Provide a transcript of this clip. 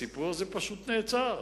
הסיפור הזה פשוט נעצר